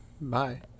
Bye